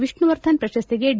ವಿಷ್ಣುವರ್ಧನ ಪ್ರಶಸ್ತಿಗೆ ಡಿ